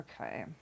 Okay